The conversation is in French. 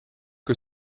que